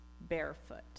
Barefoot